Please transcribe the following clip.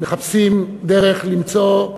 מחפשים דרך למצוא,